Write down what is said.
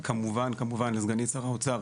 וכמובן לסגנית שר האוצר,